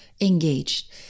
engaged